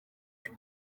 niba